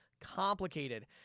complicated